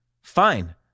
Fine